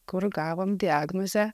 kur gavom diagnozę